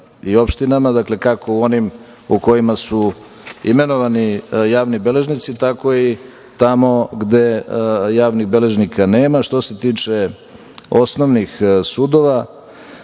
i opštinama. Dakle, kako u onim u kojima su imenovani javni beležnici, tako i tamo gde javnih beležnika nema. Što se tiče osnovnih sudova,